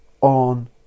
on